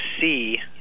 see